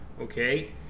okay